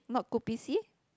not kopi C